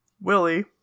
Willie